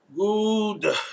Good